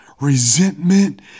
resentment